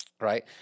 right